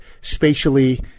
spatially